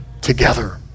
together